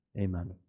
Amen